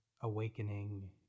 awakening